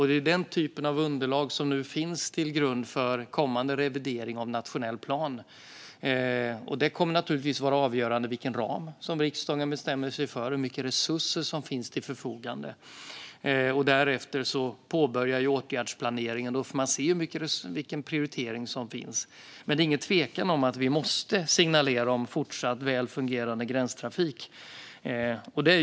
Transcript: Det är den typen av underlag som nu finns som grund för kommande revidering av nationell plan. Det kommer naturligtvis att vara avgörande vilken ram som riksdagen bestämmer sig för och hur mycket resurser som finns till förfogande. Därefter påbörjas åtgärdsplaneringen, och då får man se vilken prioritering som finns. Det är ingen tvekan om att vi måste signalera om fortsatt väl fungerande gränstrafik.